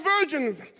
virgins